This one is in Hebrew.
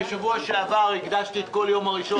בשבוע שעבר הקדשתי את כל יום ראשון